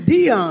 Dion